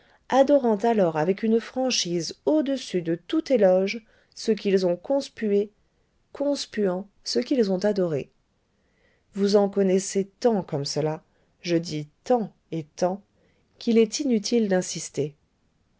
adorant alors avec une franchise au-dessus de tout éloge ce qu'ils ont conspué conspuant ce qu'il ont adoré vous en connaissez tant comme cela je dis tant et tant qu'il est inutile d'insister